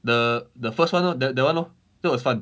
the the first [one] lor that that [one] lor that was fun